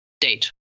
date